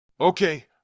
Okay